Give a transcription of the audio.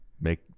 make